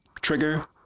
trigger